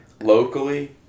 Locally